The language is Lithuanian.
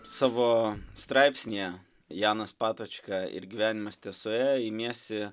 savo straipsnyje janas patočka ir gyvenimas tiesoje imiesi